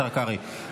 השר קרעי.